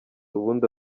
ubundi